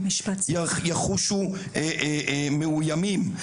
יחושו מאויימים.